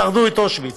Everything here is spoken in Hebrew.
שרדו את אושוויץ.